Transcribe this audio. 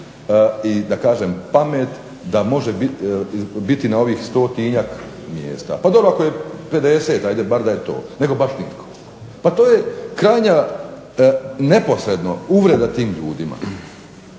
i da kažem pamet da može biti na ovih stotinjak mjesta. Pa dobro ako je 50 ajde bar da je to, nego baš nitko. Pa to je krajnja neposredno uvreda tim ljudima.